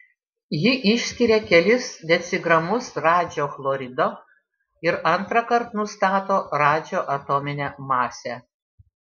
ji išskiria kelis decigramus radžio chlorido ir antrąkart nustato radžio atominę masę